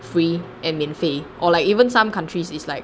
free and 免费 or like even some countries is like